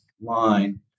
line